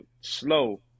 slow